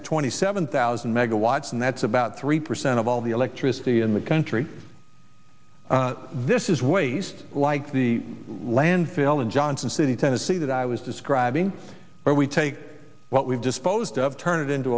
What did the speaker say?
of twenty seven thousand megawatts and that's about three percent of all the electricity in the country this is waste like the landfill in johnson city tennessee that i was describing where we take what we've disposed of turn it into